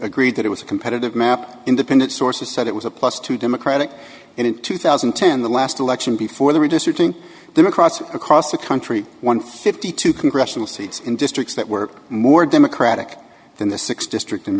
agreed that it was a competitive map independent sources said it was a plus two democratic in two thousand and ten the last election before the redistricting democrats across the country won fifty two congressional seats in districts that work more democratic than the sixth district in